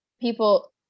people